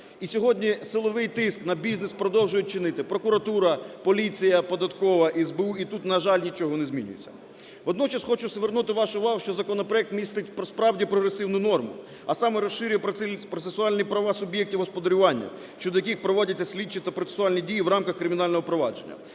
І сьогодні силовий тиск на бізнес продовжують чинити прокуратура, поліція податкова, СБУ і тут, на жаль, нічого не змінюється. Водночас хочу звернути вашу увагу, що законопроект містить справді прогресивну норму, а саме: розширює процесуальні права суб'єктів господарювання щодо яких проводяться слідчі та процесуальні дії в рамках кримінального провадження.